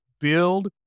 build